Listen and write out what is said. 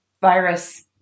virus